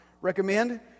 Recommend